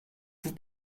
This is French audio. vous